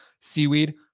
seaweed